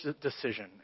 decision